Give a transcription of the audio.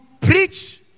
preach